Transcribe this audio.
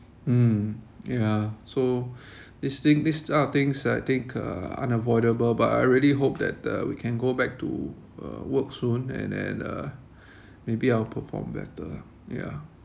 mm yeah so this thing this type of things I think uh unavoidable but I really hope that the we can go back to uh work soon and then uh maybe I'll perform better lah yeah